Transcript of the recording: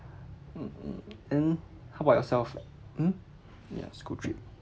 and how about yourself mm yeah school trip